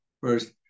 first